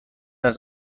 است